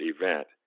event